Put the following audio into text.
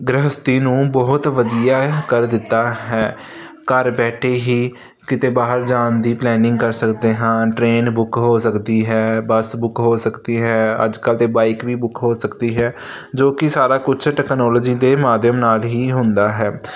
ਗ੍ਰਹਿਸਤੀ ਨੂੰ ਬਹੁਤ ਵਧੀਆ ਕਰ ਦਿੱਤਾ ਹੈ ਘਰ ਬੈਠੇ ਹੀ ਕਿਤੇ ਬਾਹਰ ਜਾਣ ਦੀ ਪਲੈਨਿੰਗ ਕਰ ਸਕਦੇ ਹਾਂ ਟਰੇਨ ਬੁੱਕ ਹੋ ਸਕਦੀ ਹੈ ਬਸ ਬੁੱਕ ਹੋ ਸਕਦੀ ਹੈ ਅੱਜ ਕੱਲ੍ਹ ਤਾਂ ਬਾਈਕ ਵੀ ਬੁੱਕ ਹੋ ਸਕਦੀ ਹੈ ਜੋ ਕਿ ਸਾਰਾ ਕੁਝ ਟੈਕਨੋਲੋਜੀ ਦੇ ਮਾਧਿਅਮ ਨਾਲ ਹੀ ਹੁੰਦਾ ਹੈ